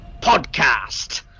Podcast